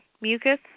mucus